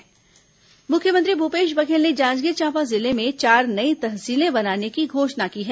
मुख्यमंत्री तहसील घोषणा मुख्यमंत्री भूपेश बघेल ने जांजगीर चांपा जिले में चार नई तहसीलें बनाने की घोषणा की है